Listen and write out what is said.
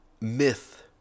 myth